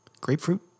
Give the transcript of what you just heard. grapefruit